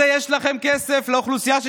רציתי להגיב רק לחבר הכנסת אלי אבידר.